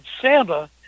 Santa